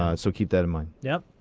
ah so keep that in mind. yeah